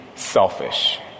Selfish